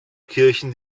kirchen